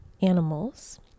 Animals